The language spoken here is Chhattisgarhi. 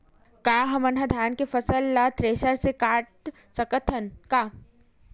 का हमन धान के फसल ला थ्रेसर से काट सकथन का?